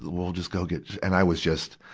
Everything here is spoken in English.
we'll just go get and i was just,